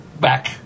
back